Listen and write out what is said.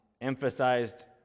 emphasized